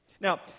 Now